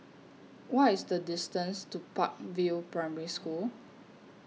What IS The distance to Park View Primary School